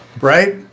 Right